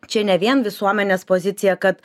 čia ne vien visuomenės pozicija kad